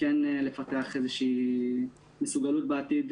לפתח בעתיד